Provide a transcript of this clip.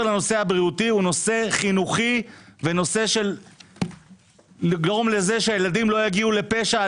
לבריאותי הוא נושא חינוכי ונושא שגורם לזה שהילדים לא יגיעו לפשע,